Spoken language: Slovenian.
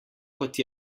kot